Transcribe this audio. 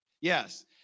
Yes